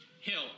Hill